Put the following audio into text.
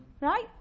Right